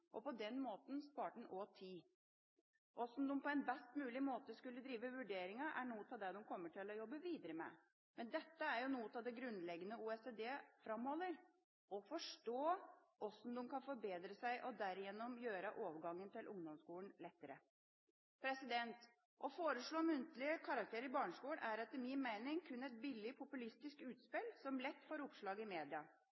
På den måten sparte han også tid. Hvordan de på en best mulig måte skulle drive vurderingen, er noe de kommer til å jobbe videre med, men dette er noe av det grunnleggende OECD framholder: å forstå hvordan de kan forbedre seg, og derigjennom gjøre overgangen til ungdomsskolen lettere. Å foreslå muntlige karakterer i barneskolen er etter min mening kun et billig populistisk